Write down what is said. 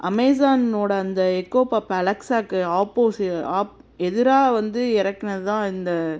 அமேசானோடய அந்த Echo Pop அலெக்ஸாவுக்கு ஆப்போசி ஆப் எதிராக வந்து இறக்குனது தான் இந்த